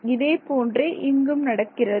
இதே போன்றே இங்கு நடக்கிறது